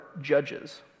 judges